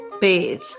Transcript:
bathe